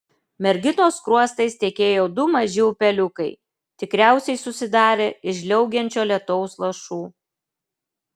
merginos skruostais tekėjo du maži upeliukai tikriausiai susidarę iš žliaugiančio lietaus lašų